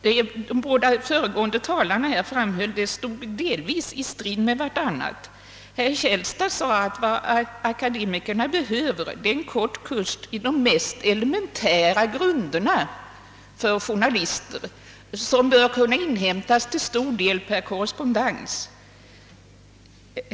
De båda föregående talarnas anföranden står delvis i strid med varandra. Herr Källstad sade att vad akademikerna behöver är en kort kurs i de mest elementära grunderna för journalister vilka till stor del bör kunna inhämtas per korrespondens.